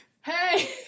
hey